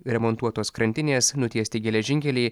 remontuotos krantinės nutiesti geležinkeliai